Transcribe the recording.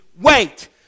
wait